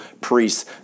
priests